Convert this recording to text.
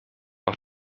auch